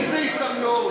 איזה הזדמנות?